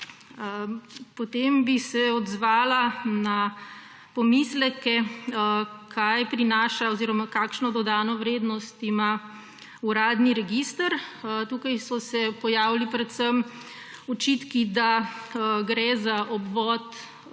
Potem bi se odzvala na pomisleke, kaj prinaša oziroma kakšno dodano vrednost ima uradni register. Tukaj so se pojavili predvsem očitki, da gre za obvod